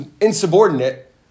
insubordinate